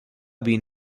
been